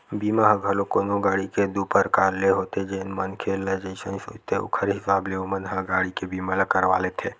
बीमा ह घलोक कोनो गाड़ी के दू परकार ले होथे जेन मनखे ल जइसन सूझथे ओखर हिसाब ले ओमन ह गाड़ी के बीमा ल करवा लेथे